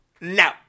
No